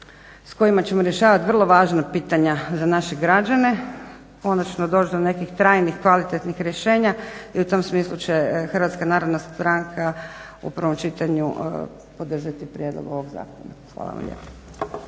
s kojima ćemo rješavat vrlo važna pitanja za naše građane, konačno doći do nekih trajnih, kvalitetnih rješenja i u tom smislu će HNS u prvom čitanju podržati prijedlog ovoga zakona. Hvala vam lijepa.